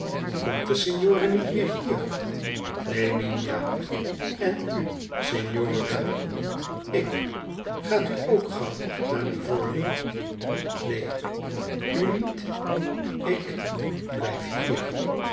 komt de signore niet meet hier neen nina en u signora ik gaat u ook gauw naar livorno neen uniet ik blijf hier